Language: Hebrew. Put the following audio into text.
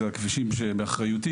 זה הכבישים שבאחריותי,